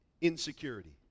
Insecurity